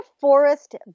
forest